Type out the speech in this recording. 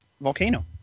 volcano